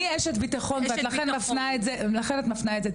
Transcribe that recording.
אני אשת ביטחון, לכן את מפנה את זה.